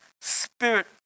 Spirit